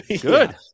good